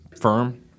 firm